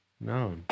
No